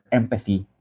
empathy